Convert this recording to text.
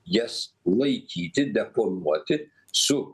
jas laikyti deponuoti su